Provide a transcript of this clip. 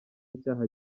icyaha